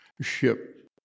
ship